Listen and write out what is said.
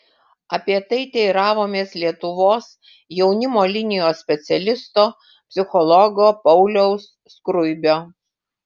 apie tai teiravomės lietuvos jaunimo linijos specialisto psichologo pauliaus skruibio